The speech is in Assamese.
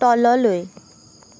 তললৈ